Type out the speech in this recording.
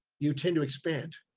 you tend to expand.